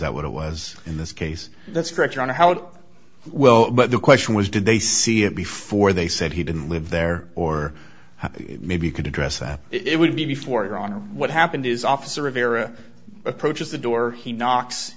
that what it was in this case that's correct on how well but the question was did they see him before they said he didn't live there or maybe could address that it would be before your honor what happened is officer rivera approaches the door he knocks